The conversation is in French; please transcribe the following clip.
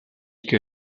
que